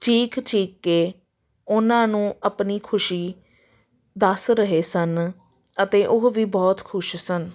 ਚੀਕ ਚੀਕ ਕੇ ਉਹਨਾਂ ਨੂੰ ਆਪਣੀ ਖੁਸ਼ੀ ਦੱਸ ਰਹੇ ਸਨ ਅਤੇ ਉਹ ਵੀ ਬਹੁਤ ਖੁਸ਼ ਸਨ